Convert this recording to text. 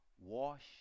wash